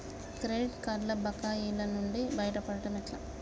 Credit కార్డుల బకాయిల నుండి బయటపడటం ఎట్లా?